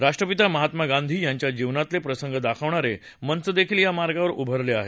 राष्ट्रपिता महात्मा गांधी यांच्या जीवनातले प्रसंग दाखवणारे मंचदेखील या मार्गावर उभारले आहेत